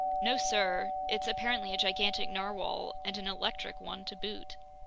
no, sir, it's apparently a gigantic narwhale, and an electric one to boot.